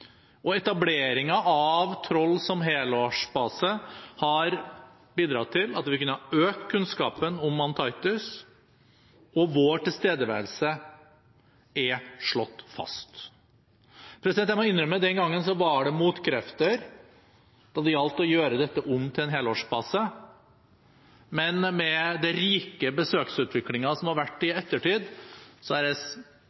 av Troll som helårsbase har bidratt til at vi har kunnet øke kunnskapen om Antarktis, og vår tilstedeværelse er slått fast. Jeg må innrømme at den gangen var det motkrefter da det gjaldt å gjøre dette om til en helårsbase, men med den rike besøksutviklingen som har vært i